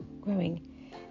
growing